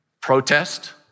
protest